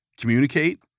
communicate